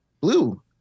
Blue